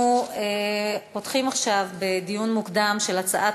אנחנו פותחים עכשיו בדיון מוקדם בהצעת